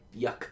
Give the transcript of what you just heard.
yuck